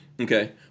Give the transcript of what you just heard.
Okay